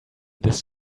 this